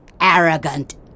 arrogant